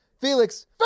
Felix